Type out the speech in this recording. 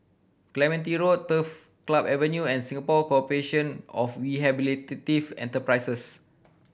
Clementi Road Turf Club Avenue and Singapore Corporation of Rehabilitative Enterprises